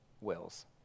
wills